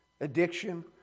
addiction